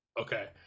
Okay